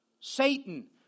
Satan